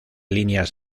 líneas